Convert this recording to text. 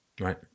Right